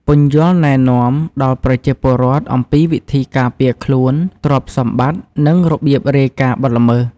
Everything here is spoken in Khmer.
ពន្យល់ណែនាំដល់ប្រជាពលរដ្ឋអំពីវិធីការពារខ្លួន ទ្រព្យសម្បត្តិ និងរបៀបរាយការណ៍បទល្មើស។